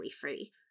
free